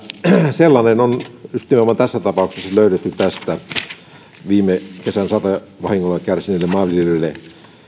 sellainen on nimenomaan tässä tapauksessa löydetty viime kesän satovahinkoja kärsineille maanviljelijöille